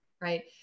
right